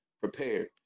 prepared